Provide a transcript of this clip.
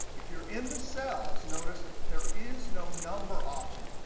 if you're in the cells, notice there is no number option.